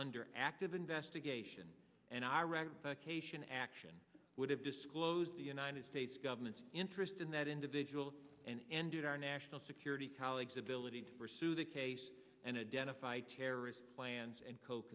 under active investigation and iraq cation action would have disclosed the united states government's interest in that individual and ended our national security colleagues ability to pursue the case and a den of fight terrorist plans and co